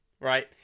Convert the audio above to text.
right